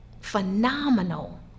Phenomenal